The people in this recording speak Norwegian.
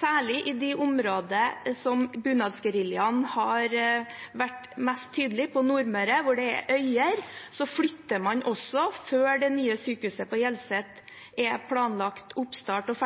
Særlig i det området der bunadsgeriljaen har vært mest tydelige, på Nordmøre, hvor det er øyer, flytter man fødeavdelingen fra Kristiansund før det nye sykehuset på Hjelset er planlagt oppstartet